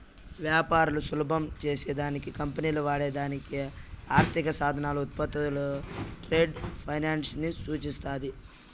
వ్యాపారాలు సులభం చేసే దానికి కంపెనీలు వాడే దానికి ఆర్థిక సాధనాలు, ఉత్పత్తులు ట్రేడ్ ఫైనాన్స్ ని సూచిస్తాది